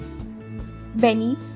Benny